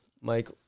Mike